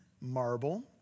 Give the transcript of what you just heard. marble